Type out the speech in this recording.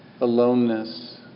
aloneness